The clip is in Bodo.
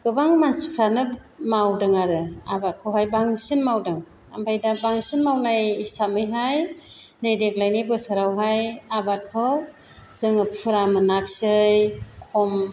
गोबां मानसिफ्रानो मावदों आरो आबादखौहाय बांसिन मावदों ओमफ्राय दा बांसिन मावनाय हिसाबैहाय देग्लायनि बोसोरावहाय आबादखौ जोङो फुरा मोनाखैसै खम